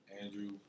Andrew